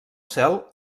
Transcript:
cel